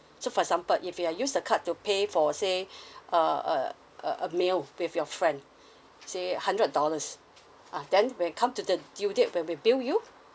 so for example if you have used the card to pay for say a a a a meal with your friend say hundred dollars ah then when come to the due date where we bill you